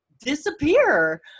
disappear